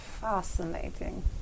Fascinating